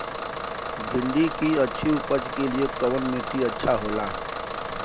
भिंडी की अच्छी उपज के लिए कवन मिट्टी अच्छा होला?